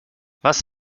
was